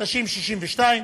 נשים 62,